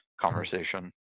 conversation